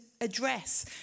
address